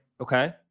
Okay